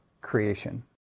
creation